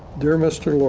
dear mr. ah